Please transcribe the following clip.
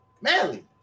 Manly